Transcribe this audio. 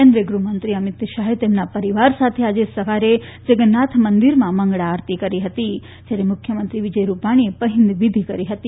કેન્દ્રીય ગૃહમંત્રી અમિત શાહે તેમના પરિવાર સાથે આજે સવારે જગન્નાથ મંદિરમાં મંગળા આરતી કરી હતી જ્યારે મુખ્યમંત્રી વિજય રૂપાણીએ પહિંદ વીધી કરી હતી